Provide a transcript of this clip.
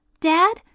Dad